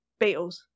Beatles